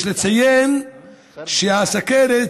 יש לציין שהסוכרת